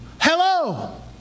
Hello